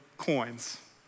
coins